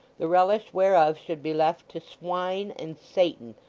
the relish whereof should be left to swine, and satan,